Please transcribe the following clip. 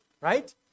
right